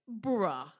Bruh